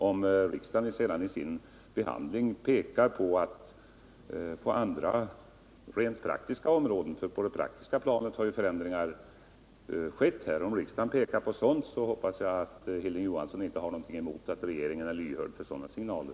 Om riksdagen sedan i sin behandling pekar på andra rent praktiska områden — för på det praktiska planet har ju förändringar fortlöpande skett — så hoppas jag att Hilding Johansson inte har någonting emot att regeringen är lyhörd för sådana signaler.